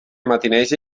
matineja